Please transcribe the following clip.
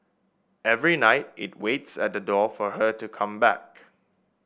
every night it waits at the door for her to come back